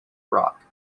rock